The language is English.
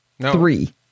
three